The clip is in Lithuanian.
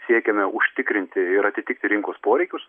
siekiame užtikrinti ir atitikti rinkos poreikius